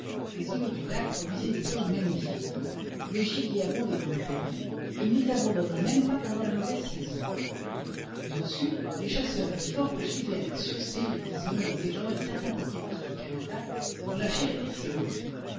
les îlots du lac produisaient des saules magnifiques le gibier abondait dans les taillis et il ne les abandonnait même pas pendant la mauvaise saison plus au sud les chasseurs du fort poursuivaient avec succès les bisons les élans et certains porcsépics du canada dont la chair est excellente